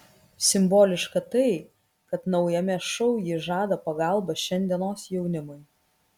simboliška tai kad naujame šou ji žada pagalbą šiandienos jaunimui